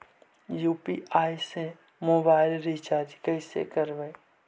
UPI से mobile recharge कैसे करबइ?